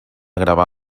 gravar